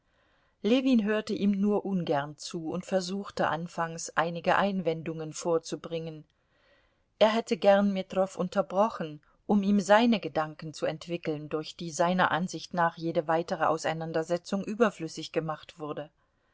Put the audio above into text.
ljewin hörte ihm nur ungern zu und versuchte anfangs einige einwendungen vorzubringen er hätte gern metrow unterbrochen um ihm seine gedanken zu entwickeln durch die seiner ansicht nach jede weitere auseinandersetzung überflüssig gemacht wurde